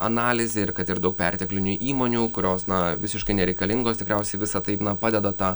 analizė ir kad ir daug perteklinių įmonių kurios na visiškai nereikalingos tikriausiai visa taip na padeda tą